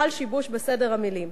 חל שיבוש בסדר המלים: